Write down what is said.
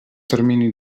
termini